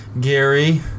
Gary